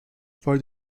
for